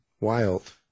Wild